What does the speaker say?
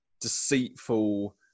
deceitful